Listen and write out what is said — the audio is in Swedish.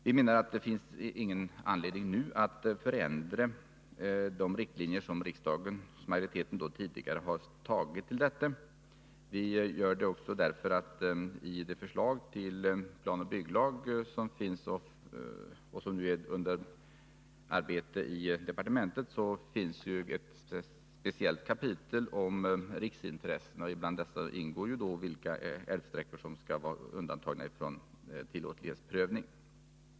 Vi menar att det inte finns anledning att ändra riksdagsmajoritetens tidigare inställning. Vi gör det också därför att i det förslag till planoch bygglag som nu är under arbete i departementet finns ett speciellt kapitel om riksintressena, och bland dem ingår de älvsträckor som skall vara undantagna från tillåtlighetsprövning.